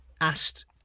asked